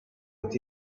with